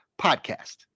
podcast